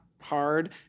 hard